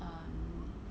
um